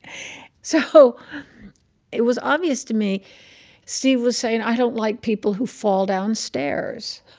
so it was obvious to me steve was saying i don't like people who fall down stairs.